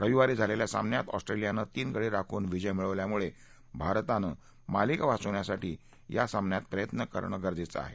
रविवारी झालेल्या सामन्यात ऑस्ट्रेलियानं तीन गडी राखून विजय मिळवल्यामुळे भारताला मालिका वाचवण्यासाठी या सामन्यात प्रयत्न करावा लागणार आहे